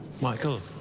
Michael